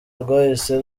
rwahise